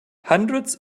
hundreds